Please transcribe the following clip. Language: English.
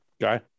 guy